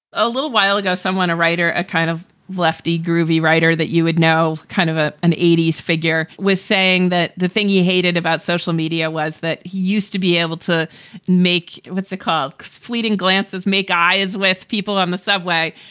a little while ago, someone, a writer, a kind of lefty, groovy writer that you would know, kind of ah an eighty s figure was saying that the thing you hated about social media was that he used to be able to make what's called fleeting glances, make eyes with people on the subway.